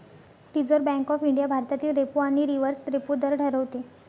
reserve bank of India भारतातील repo आणि reverse repo दर ठरवते